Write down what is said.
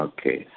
Okay